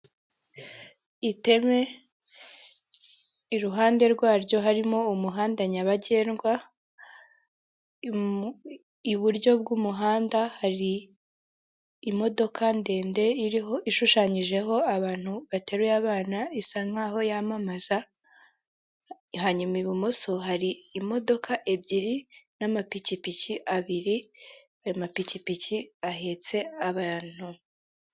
Iteme iruhande rwaryo harimo umuhanda nyabagendwa, iburyo bw'umuhanda hari imodoka ndende iriho ishushanyijeho abantu bateruye abana isa nk'aho yamamaza, hanyuma ibumoso hari imodoka ebyiri n'amapikipiki abiri ayo amapikipiki ahetse abantu.